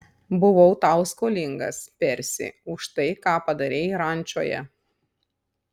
buvau tau skolingas persi už tai ką padarei rančoje